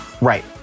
Right